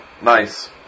Nice